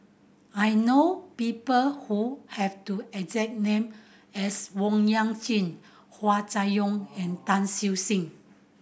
I know people who have to exact name as Owyang Chi Hua Chai Yong and Tan Siew Sin